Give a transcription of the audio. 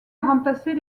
remplacer